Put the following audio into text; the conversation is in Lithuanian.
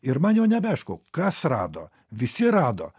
ir man jau nebeaišku kas rado visi rado